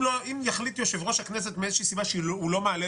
אם יחליט יושב-ראש הכנסת בשל סיבה כלשהי לא להעלות